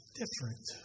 different